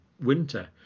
winter